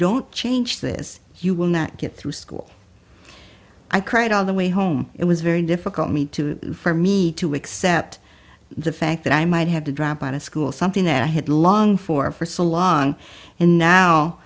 don't change this you will not get through school i cried all the way home it was very difficult me to for me to accept the fact that i might have to drop out of school something that i had longed for for so long and now